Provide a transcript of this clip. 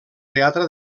teatre